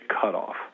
cutoff